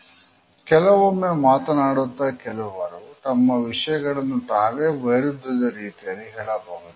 " ಕೆಲವೊಮ್ಮೆ ಮಾತನಾಡುತ್ತ ಕೆಲವರು ತಮ್ಮ ವಿಷಯಗಳನ್ನು ತಾವೇ ವೈರುಧ್ಯದ ರೀತಿಯಲ್ಲಿ ಹೇಳಬಹುದು